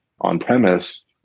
on-premise